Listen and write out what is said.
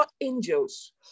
angels